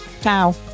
Ciao